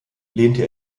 lehnte